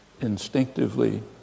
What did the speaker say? instinctively